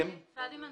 פאדי מנצור,